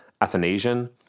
Athanasian